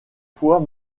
fois